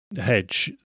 hedge